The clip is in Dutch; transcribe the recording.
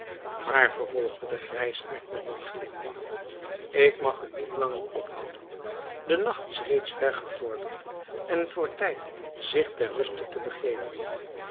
maar vervolgde de grijsaard met een glimlach ik mag u niet langer ophouden de nacht is reeds ver gevorderd en het wordt tijd zich ter ruste te begeven